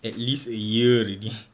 at least a year already